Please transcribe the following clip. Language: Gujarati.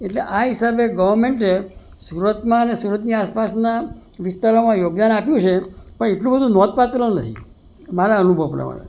એટલે આ હિસાબે ગવર્નમેન્ટે સુરતમાં અને સુરતની આસપાસના વિસ્તારોમાં યોગદાન આપ્યું છે પણ એટલું બધું નોંધપાત્ર નથી મારા અનુભવ પ્રમાણે